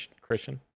Christian